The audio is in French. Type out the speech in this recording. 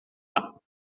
pas